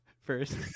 first